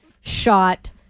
shot